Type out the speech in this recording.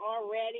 already